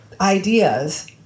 ideas